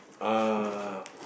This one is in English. uh